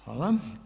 Hvala.